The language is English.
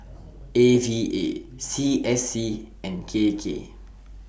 A V A C S C and K K